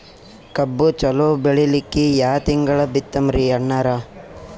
ಕಬ್ಬು ಚಲೋ ಬೆಳಿಲಿಕ್ಕಿ ಯಾ ತಿಂಗಳ ಬಿತ್ತಮ್ರೀ ಅಣ್ಣಾರ?